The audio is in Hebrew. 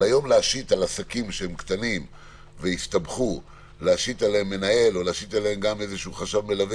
אבל היום להשית על עסקים קטנים שהסתבכו מנהל או חשב מלווה,